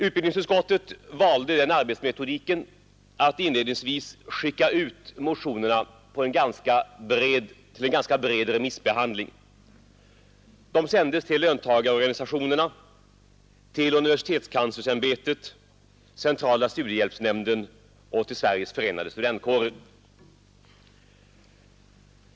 Utbildningsutskottet valde arbetsmetoden att inledningsvis skicka ut motionerna till en ganska bred remissbehandling. De sändes till löntagarorganisationerna, universitetskanslersämbetet, centrala studiehjälpsnämnden och Sveriges förenade studentkårer.